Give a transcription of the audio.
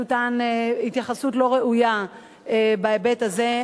התייחסות לא ראויה בהיבט הזה.